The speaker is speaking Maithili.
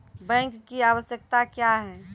बैंक की आवश्यकता क्या हैं?